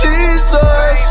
Jesus